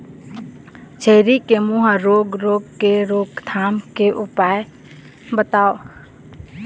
छेरी के मुहा रोग रोग के रोकथाम के उपाय बताव?